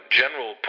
general